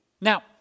Now